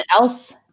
else